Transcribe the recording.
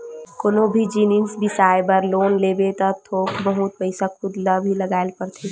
कोनो भी जिनिस बिसाए बर लोन लेबे त थोक बहुत पइसा खुद ल भी लगाए ल परथे